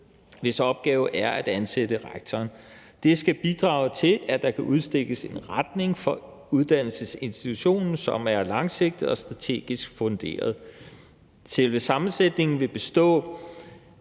hvis opgave det er at ansætte rektoren. Det skal bidrage til, at der kan udstikkes en retning for uddannelsesinstitutionen, som er langsigtet og strategisk funderet. Selve sammensætningen vil bestå